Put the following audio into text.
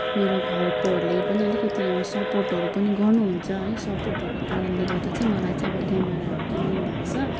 मेरो घरकोहरूले पनि अलिकति सपोर्टहरू पनि गर्नुहुन्छ है सपोर्टहरूको कारणले गर्दा चाहिँ मलाई क्यामेराहरू किनिदिनु भएको छ